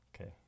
Okay